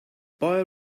boy